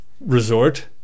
Resort